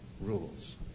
rules